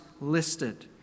listed